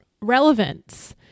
relevance